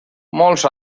molts